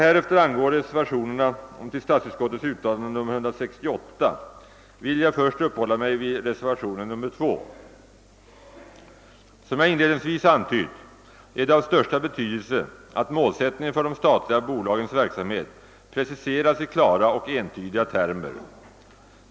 Vad angår reservationerna till statsutskottets utlåtande nr 168, vill jag först uppehålla mig vid reservation 2. Som jag inledningsvis antytt är det av största betydelse att målen för de statliga bolagens verksamhet preciseras i klara och entydiga termer.